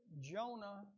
Jonah